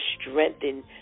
strengthen